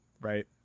right